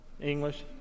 English